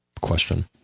question